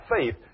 faith